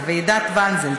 ועידת ואנזה.